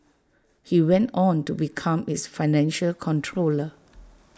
he went on to become its financial controller